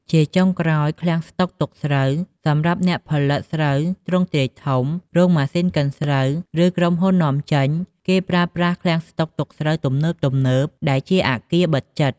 ជាចុងក្រោយឃ្លាំងស្តុកទុកស្រូវ សម្រាប់អ្នកផលិតស្រូវទ្រង់ទ្រាយធំ រោងម៉ាស៊ីនកិនស្រូវ ឬក្រុមហ៊ុននាំចេញ គេប្រើប្រាស់ឃ្លាំងស្តុកទុកស្រូវទំនើបៗ ដែលជាអគារបិទជិត ។